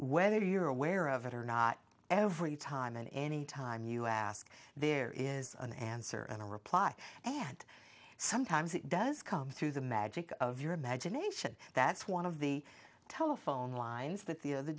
whether you're aware of it or not every time and any time you ask there is an answer and a reply and sometimes it does come through the magic of your imagination that's one of the telephone lines that the other